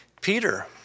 Peter